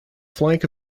flank